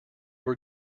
were